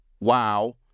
wow